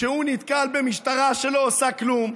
כשהוא נתקל במשטרה שלא עושה כלום,